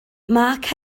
mark